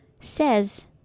says